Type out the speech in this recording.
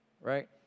right